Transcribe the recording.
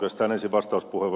hoskoselle ja ed